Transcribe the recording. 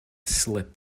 slip